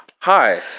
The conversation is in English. Hi